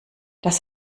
das